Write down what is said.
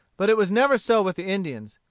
but it was never so with the indians.